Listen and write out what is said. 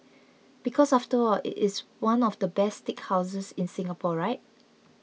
because after all it is one of the best steakhouses in Singapore right